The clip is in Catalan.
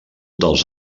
dels